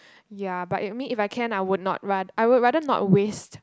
ya but it mean if I can I would not run I would rather not waste